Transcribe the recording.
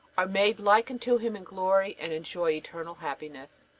are made like unto him in glory, and enjoy eternal happiness.